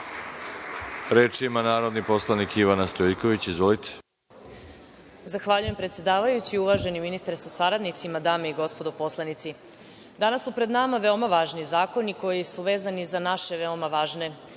Reč ima narodni poslanik Ivana Stojiljković. Izvolite.